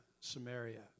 Samaria